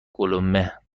قلمه